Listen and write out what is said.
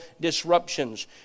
disruptions